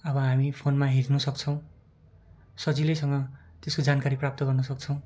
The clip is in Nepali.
अब हामी फोनमा हेर्न सक्छौँ सजिलैसँग त्यसको जानकारी प्राप्त गर्न सक्छौँ